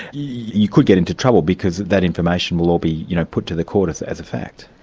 you could get into trouble, because that information will all be you know put to the court as as a fact.